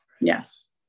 Yes